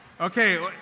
Okay